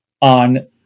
on